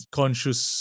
conscious